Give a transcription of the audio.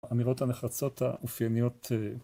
אמירות הנחרצות האופייניות